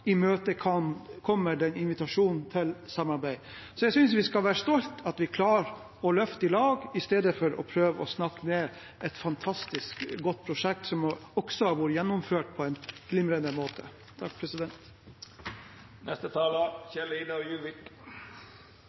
den invitasjonen til samarbeid. Så jeg synes vi skal være stolt over at vi klarer å løfte i lag, istedenfor å prøve å snakke ned et fantastisk godt prosjekt, som også har vært gjennomført på en glimrende måte.